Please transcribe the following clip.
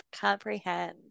comprehend